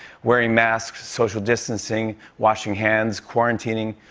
wearing masks, social distancing, washing hands, quarantining,